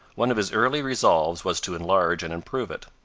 one of his early resolves was to enlarge and improve it.